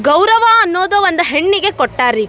ಗೌರವ ಅನ್ನೋದು ಒಂದು ಹೆಣ್ಣಿಗೆ ಕೊಟ್ಟಾರೆ ರೀ